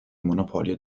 monopolio